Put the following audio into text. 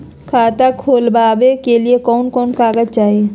खाता खोलाबे के लिए कौन कौन कागज चाही?